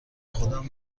خودم